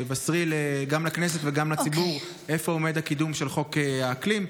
בשרי גם לכנסת וגם לציבור איפה עומד הקידום של חוק האקלים.